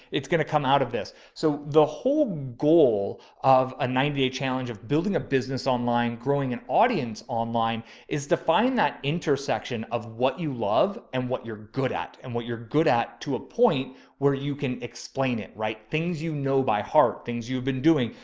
it's going to come out of this. so the whole goal of a ninety day challenge of building a business online, growing an audience online is to find that intersection of what you love and what you're good at and what you're good at to a point where you can explain it, right. things, you know, by heart things you've been doing.